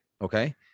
Okay